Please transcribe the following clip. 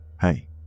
Hey